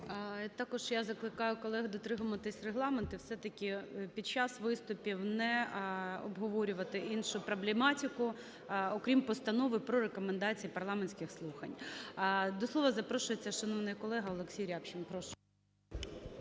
Також я закликаю колег дотримуватися Регламенту, все-таки під час виступів не обговорювати іншу проблематику окрім Постанови про рекомендації парламентських слухань. До слова запрошується шановний колега Олексій Рябчин.